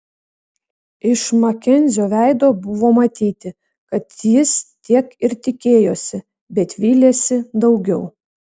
iš makenzio veido buvo matyti kad jis tiek ir tikėjosi bet vylėsi daugiau